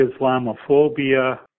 Islamophobia